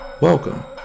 Welcome